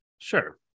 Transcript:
Sure